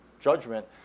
judgment